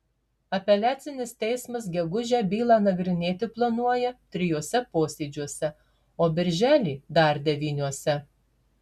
apeliacinis teismas gegužę bylą nagrinėti planuoja trijuose posėdžiuose o birželį dar devyniuose